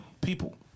People